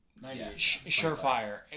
Surefire